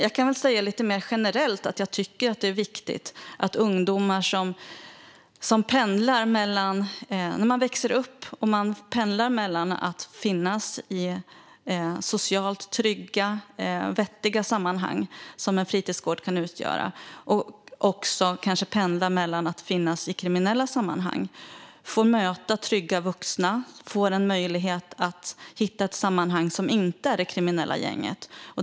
Jag kan säga lite mer generellt att jag tycker att det är viktigt att ungdomar som växer upp och pendlar mellan att finnas i socialt trygga, vettiga sammanhang som en fritidsgård kan utgöra och att kanske också finnas i kriminella sammanhang får möta trygga vuxna och får en möjlighet att hitta ett sammanhang som inte är det kriminella gänget.